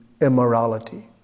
immorality